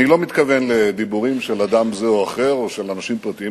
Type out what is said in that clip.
אני לא מתכוון לדיבורים של אדם זה או אחר או של אנשים פרטיים,